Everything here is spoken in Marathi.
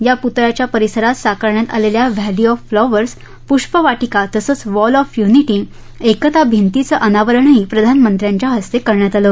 या प्तळ्याच्या परिसरात साकारण्यात आलेल्या व्हॅली ऑफ फ्लॉवर्स प्ष्पवाटिका तसंच वॉल ऑफ यूनिटी एकता भिंतीचं अनावरणही प्रधानमंत्र्यांच्या हस्ते करण्यात आलं